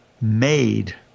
made